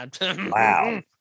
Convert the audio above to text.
Wow